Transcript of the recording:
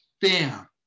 bam